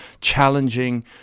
challenging